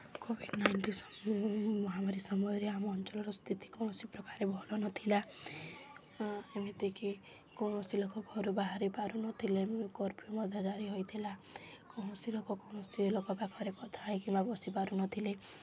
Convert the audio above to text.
Covid ମହାମାରୀ ସମୟରେ ଆମ ଅଞ୍ଚଳର ସ୍ଥିତି କୌଣସି ପ୍ରକାରେ ଭଲ ନଥିଲା ଏମିତିକି କୌଣସି ଲୋକ ଘରୁ ବାହାରି ପାରୁନଥିଲେ କର୍ଫ୍ୟୁ ମଧ୍ୟ ଜାରୀ ହୋଇଥିଲା କୌଣସି ଲୋକ କୌଣସି ଲୋକ ପାଖରେ କଥା ହେଇ କିମ୍ବା ବସିପାରୁନଥିଲେ